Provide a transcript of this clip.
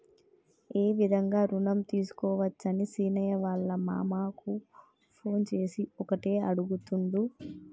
ఏ విధంగా రుణం తీసుకోవచ్చని సీనయ్య వాళ్ళ మామ కు ఫోన్ చేసి ఒకటే అడుగుతుండు